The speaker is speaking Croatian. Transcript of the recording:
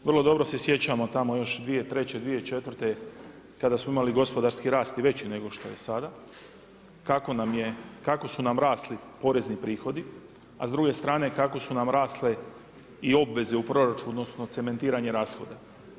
Vrlo dobro se sjećamo tamo 2003., 2004. kada smo imali gospodarski rast i veći nego što je sada kako su nam rasli porezni prihodi, a s druge strane kako su nam rasle i obveze u proračunu odnosno cementiranje rashoda.